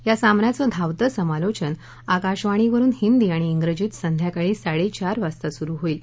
या सामन्याचं धावतं समालोचन आकाशवाणीवरुन हिंदी आणि इंग्रजीत संध्याकाळी साडे चार वाजता सुरु होईल